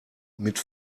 mit